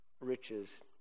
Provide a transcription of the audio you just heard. riches